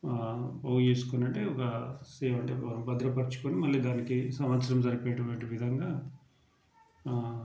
పోగు చేసుకొని అంటే ఒక చేయడం అంటే భద్రపరుచుకొని మళ్ళీ దానికి సంవత్సరం సరిపోయేటువంటి విధంగా